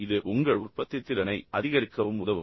மேலும் இது உங்கள் உற்பத்தித்திறனை அதிகரிக்கவும் உதவும்